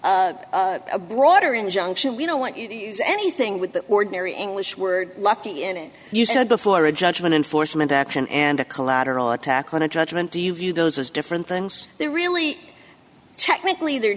a broader injunction we don't want you to use anything with the ordinary english word lucky and you said before a judgment enforcement action and a collateral attack on a judgment do you view those as different things they really technically they're